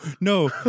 no